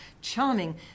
charming